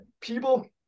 people